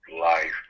life